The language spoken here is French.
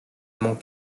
mont